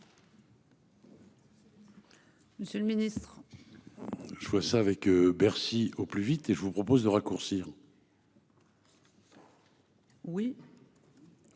Monsieur le Ministre. Je vois ça avec Bercy au plus vite et je vous propose de raccourcir. Oui.